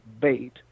bait